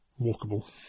walkable